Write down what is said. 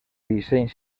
disseny